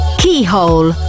keyhole